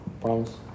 Promise